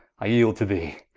i yeeld to thee,